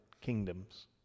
kingdoms